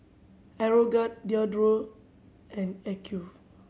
Aeroguard Diadora and